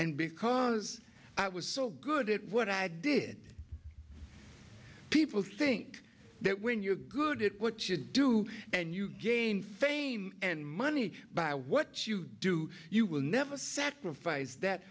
and because i was so good at what i did people think that when you're good at what you do and you gain fame and money by what you do you will never sacrifice that